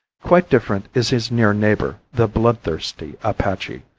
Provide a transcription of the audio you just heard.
quite different is his near neighbor, the bloodthirsty apache,